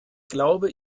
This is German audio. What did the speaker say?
glaube